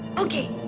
ok.